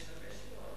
יש הרבה שאלות.